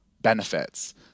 benefits